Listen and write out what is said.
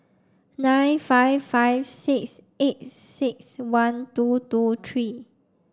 nine five five six eight six one two two three